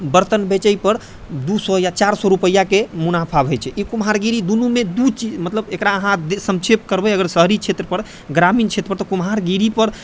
बर्तन बेचैपर दू सए या चारि सए रुपआके मुनाफा होइ छै ई कुम्हारगिरी दुनूमे दू चीज मतलब एकरा अहाँ संक्षेप करबै अगर शहरी क्षेत्रपर ग्रामीण क्षेत्रपर तऽ कुम्हारगिरीपर